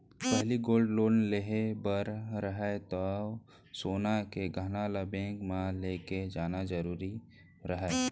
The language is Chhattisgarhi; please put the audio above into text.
पहिली गोल्ड लोन लेहे बर रहय तौ सोन के गहना ल बेंक म लेके जाना जरूरी रहय